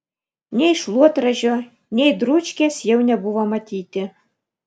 nei šluotražio nei dručkės jau nebuvo matyti